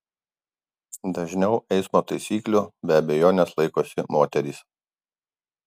dažniau eismo taisyklių be abejonės laikosi moterys